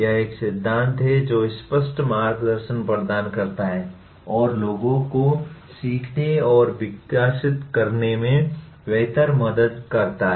यह एक सिद्धांत है जो स्पष्ट मार्गदर्शन प्रदान करता है और लोगों को सीखने और विकसित करने में बेहतर मदद कैसे करता है